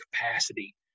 capacity